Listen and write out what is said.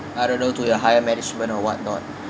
I don't know to your higher management or what not